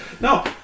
no